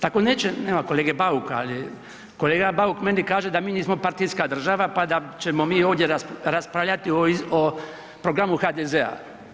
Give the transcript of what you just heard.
Nema kolege Bauka, ali kolega Bauk meni kaže da mi nismo partijska država pa da ćemo mi ovdje raspravljati o programu HDZ-a.